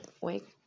wake